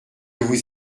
vous